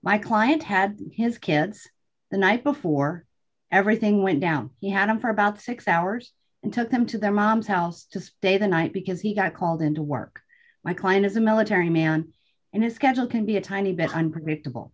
my client had his kids the night before everything went down he had them for about six hours and took them to their mom's house to stay the night because he got called in to work my client is a military man and his schedule can be a tiny bit unpredictable